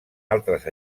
altres